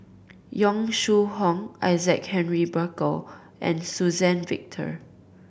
Yong Shu Hoong Isaac Henry Burkill and Suzann Victor